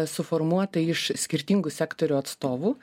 suformuota iš skirtingų sektorių atstovų